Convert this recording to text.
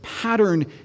pattern